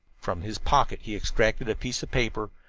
from his pocket he extracted a piece of paper,